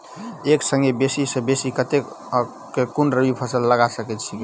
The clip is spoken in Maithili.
एक संगे बेसी सऽ बेसी कतेक आ केँ कुन रबी फसल लगा सकै छियैक?